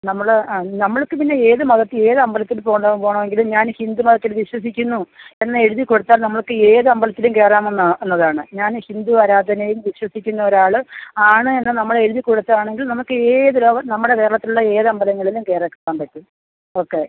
നമ്മൾ ആ നമ്മൾക്കു പിന്നെ ഏതു മതത്തിൽ ഏത് അമ്പലത്തിൽ പോകണമെങ്കിലും ഞാൻ ഹിന്ദുമതത്തിൽ വിശ്വസിക്കുന്നു എന്ന് എഴുതിക്കൊടുത്താൽ നമ്മൾക്കേതമ്പലത്തിലും കയറാം എന്നാ എന്നതാണ് ഞാൻ ഹിന്ദു ആരാധനയിൽ വിശ്വസിക്കുന്ന ഒരാൾ ആണ് എന്നു നമ്മളെഴുതി കൊടുത്താണെങ്കിൽ നമുക്കേത് ലോക നമ്മുടെ കേരളത്തിലുള്ള ഏത് അമ്പലങ്ങളിലും കയറാൻ പറ്റും ഓക്കെ